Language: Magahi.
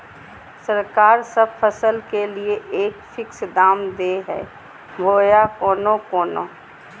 सरकार सब फसल के लिए एक फिक्स दाम दे है बोया कोनो कोनो?